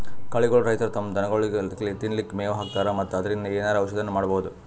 ಕಳಿಗೋಳ್ ರೈತರ್ ತಮ್ಮ್ ದನಗೋಳಿಗ್ ತಿನ್ಲಿಕ್ಕ್ ಮೆವ್ ಹಾಕ್ತರ್ ಮತ್ತ್ ಅದ್ರಿನ್ದ್ ಏನರೆ ಔಷದ್ನು ಮಾಡ್ಬಹುದ್